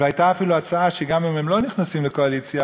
והייתה אפילו הצעה שגם אם הם לא נכנסים לקואליציה,